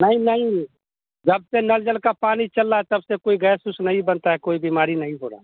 नहीं नहीं जब से नल जल का पानी चल रहा तब से कोई गैस उस नहीं बनता है कोई बीमारी नहीं हो रहा